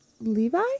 Levi